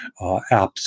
apps